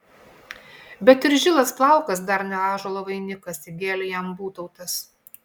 bet ir žilas plaukas dar ne ąžuolo vainikas įgėlė jam būtautas